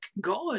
God